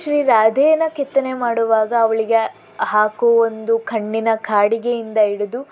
ಶ್ರೀ ರಾಧೇನ ಕೆತ್ತನೆ ಮಾಡುವಾಗ ಅವಳಿಗೆ ಹಾಕೋ ಒಂದು ಕಣ್ಣಿನ ಕಾಡಿಗೆಯಿಂದ ಹಿಡಿದು